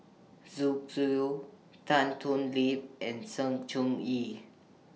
Zoo Zhu Tan Thoon Lip and Sng Choon Yee